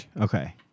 Okay